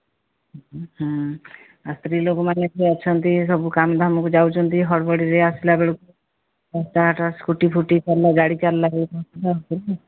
ହୁଁ ଆଉ ସ୍ତ୍ରୀ ଲୋକମାନେ ଅଛନ୍ତି ସବୁ କାମ ଦାମକୁ ଯାଉଛନ୍ତି ହଡ଼ବଡ଼ରେ ଆସିଲା ବେଳକୁ କାର୍ ସ୍କୁଟି ଫୁଟି ଚାଲିଲା ଗାଡ଼ି ଚାଲିଲା ସବୁ